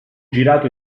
girato